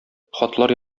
хатлар